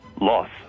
Loss